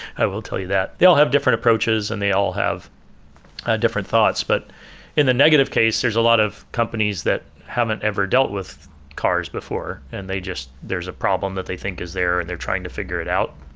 i will tell you that. they all have different approaches and they all have different thoughts. but in the negative case, there's a lot of companies that haven't ever dealt with cars before and they just there's a problem that they think is there and they're trying to figure it out.